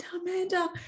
Amanda